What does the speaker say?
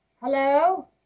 Hello